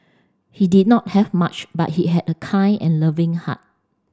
he did not have much but he had a kind and loving heart